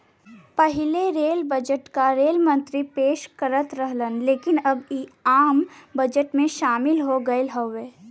पहिले rail budget क rail मंत्री पेश करत रहन लेकिन अब इ आम बजट में शामिल हो गयल हउवे